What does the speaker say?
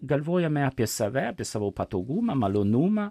galvojame apie save apie savo patogumą malonumą